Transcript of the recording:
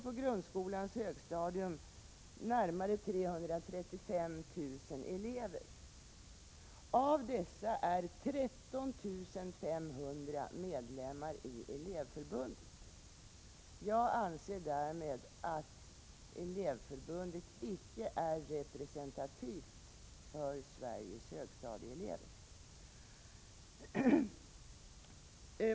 På grundskolans högstadium går närmare 335 000 elever, och av dessa är 13 500 medlemmar i Elevförbundet. Jag anser att Elevförbundet därmed icke är representativt för Sveriges högstadieelever.